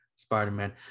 spider-man